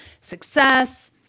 success